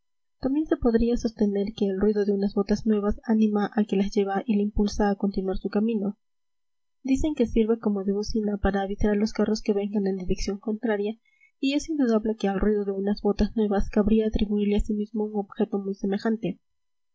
también se podría sostener que el ruido de unas botas nuevas anima al que las lleva y le impulsa a continuar su camino dicen que sirve como de bocina para avisar a los carros que vengan en dirección contraria y es indudable que al ruido de unas botas nuevas cabría atribuirle asimismo un objeto muy semejante